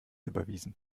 überwiesen